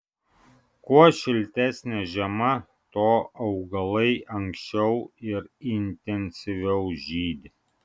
kuo šiltesnė žiema tuo augalai anksčiau ir intensyviau žydi